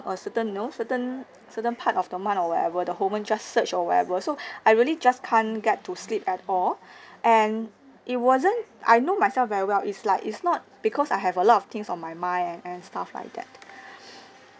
uh certain you know certain certain part of the month or whatever the hormone just surge or whatever so I really just can't get to sleep at all and it wasn't I know myself very well is like it's not because I have a lot of things on my mind and and stuff like that